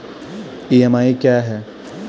EMI क्या है?